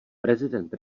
prezident